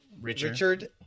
Richard